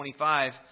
25